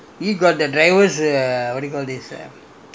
actually cannot lah he want to stay with us in the hotel